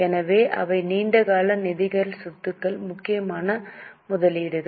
எனவே இவை நீண்ட கால நிதி சொத்துக்கள் முக்கியமாக முதலீடுகள்